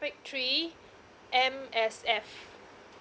break three M_S_F